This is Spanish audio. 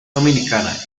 dominicana